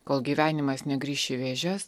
kol gyvenimas negrįš į vėžes